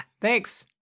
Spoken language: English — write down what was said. thanks